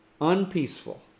unpeaceful